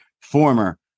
former